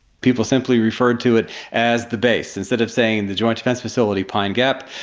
people simply refer to it as the base. instead of saying the joint defence facility pine gap,